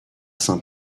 saint